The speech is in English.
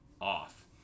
off